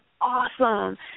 awesome